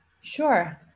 Sure